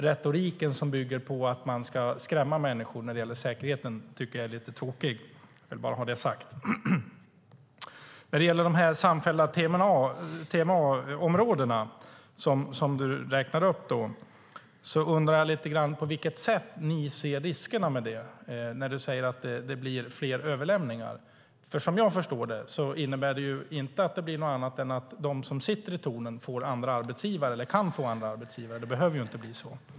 Retoriken som bygger på att man ska skrämma människor när det gäller säkerheten tycker jag är lite tråkig. Jag vill bara ha det sagt. När det gäller de samfällda TMA-områden som du räknade upp undrar jag lite grann var ni ser riskerna. Du säger att det blir fler överlämningar. Som jag förstår det innebär detta inte något annat än att de som sitter i tornen får andra arbetsgivare - eller kan få; det behöver inte bli så.